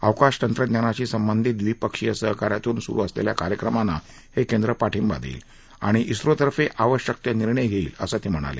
अवकाश तंत्रज्ञानांशी संबंधित द्विपक्षीय सहकार्यातून सुरू असलेल्या कार्यक्रमांना हे केंद्र पाठिंबा देईल आणि इस्त्रोतर्फे आवश्यक ते निर्णय घेईल असं ते म्हणाले